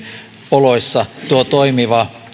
oloissa toimiva